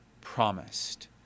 promised